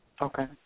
Okay